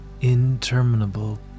interminable